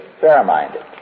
fair-minded